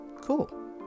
cool